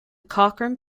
cochran